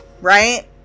right